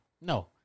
no